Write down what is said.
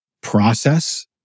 process